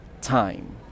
time